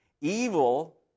Evil